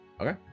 Okay